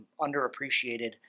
Underappreciated